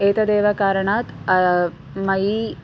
एतदेव कारणात् मयि